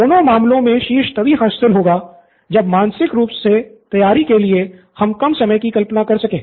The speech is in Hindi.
दोनों मामलो में शीर्ष तभी हासिल होगा जब मानसिक रूप से तैयारी के लिए हम कम समय की कल्पना कर सकें